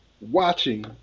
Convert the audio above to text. watching